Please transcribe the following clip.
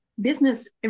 business